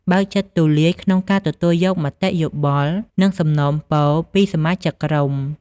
បើកចិត្តទូលាយក្នុងការទទួលយកមតិយោបល់ និងសំណូមពរពីសមាជិកក្រុម។